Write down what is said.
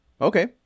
okay